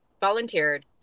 volunteered